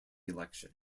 election